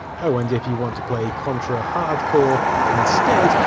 oh, and if you want to play contra hard corps instead,